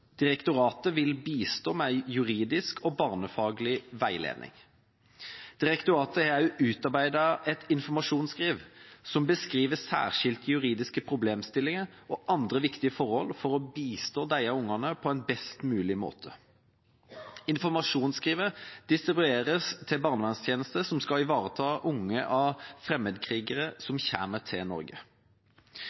Direktoratet vil bistå med en juridisk og barnefaglig veiledning. Direktoratet har også utarbeidet et informasjonsskriv som beskriver særskilt juridiske problemstillinger og andre viktige forhold for å bistå disse ungene på en best mulig måte. Informasjonsskrivet distribueres til barnevernstjenester som skal ivareta barn av fremmedkrigere som kommer til Norge.